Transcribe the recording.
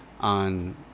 on